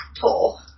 pull